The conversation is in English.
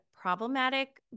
problematic